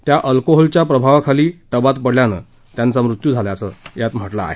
त्या अल्कोहलच्या प्रभावाखाली त्या टबात पडल्यानं त्यांचा मृत्यू झाल्याचं त्यात म्हटलं आहे